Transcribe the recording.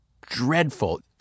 dreadful